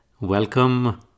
welcome